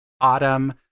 autumn